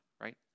right